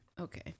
okay